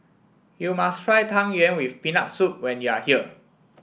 you must try Tang Yuen with Peanut Soup when you are here